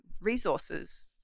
resources